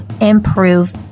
improve